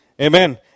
Amen